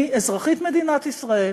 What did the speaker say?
אני, אזרחית מדינת ישראל,